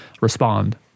respond